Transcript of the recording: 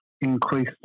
increased